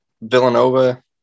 Villanova